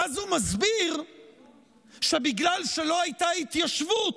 ואז הוא מסביר שבגלל שלא הייתה התיישבות,